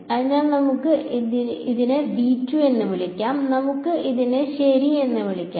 അതിനാൽ നമുക്ക് ഇതിനെ വിളിക്കാം നമുക്ക് ഇതിനെ ശരി എന്ന് വിളിക്കാം